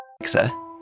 Alexa